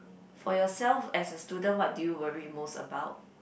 for yourself as a student what do you worry most about